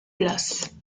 place